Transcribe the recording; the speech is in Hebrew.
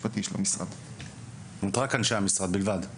רק אנשי המשרד הם נציגי הוועדה?